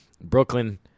Brooklyn